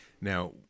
Now